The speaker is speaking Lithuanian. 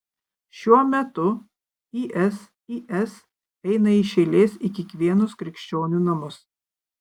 šiuo metu isis eina iš eilės į kiekvienus krikščionių namus